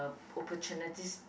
opportunities